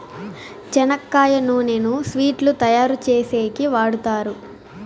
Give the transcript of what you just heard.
చెనక్కాయ నూనెను స్వీట్లు తయారు చేసేకి వాడుతారు